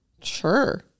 Sure